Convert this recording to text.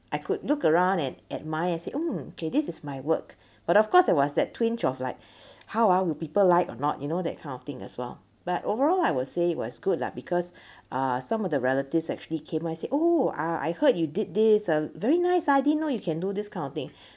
I could look around and admire and say hmm okay this is my work but of course there was that twinge of like how ah would people like or not you know that kind of thing as well but overall I would say it was good lah because uh some of the relatives actually came and said oh ah I heard you did this uh very nice ah I didn't know you can do this kind of thing